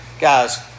guys